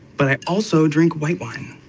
but i also drink white wine.